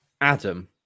Adam